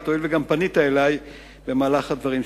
הואיל וגם פנית אלי במהלך הדברים שלך.